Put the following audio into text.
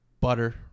butter